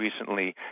recently